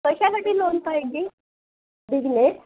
कशासाठी लोन पाहिजे बिजनेस